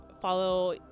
follow